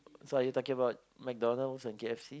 so are you talking about McDonald's and K_F_C